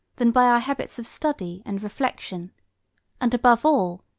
than by our habits of study and reflection and, above all,